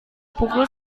pukul